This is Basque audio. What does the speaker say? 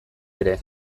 ere